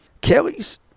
Kelly's